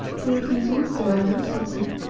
for of these also i know something,